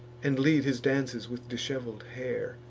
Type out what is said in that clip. and lead his dances with dishevel'd hair,